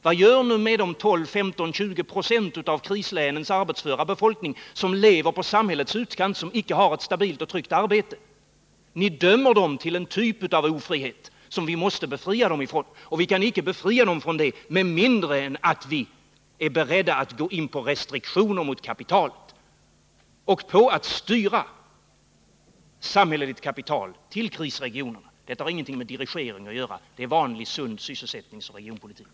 Vad gör ni med de 12, 15 eller 20 20 av krislänens arbetsföra befolkning som lever i samhällets utkant, som inte har ett stabilt och tryggt arbete? Ni dömer dem till en typ av ofrihet som vi vill befria dem ifrån. Och vi kan inte befria dem med mindre än att vi är beredda att gå in på restriktioner mot kapitalet och på att styra samhälleligt kapital till krisregionerna. Detta har ingenting med dirigering att göra. Det är vanlig sund sysselsättningsoch regionpolitik.